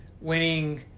winning